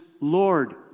Lord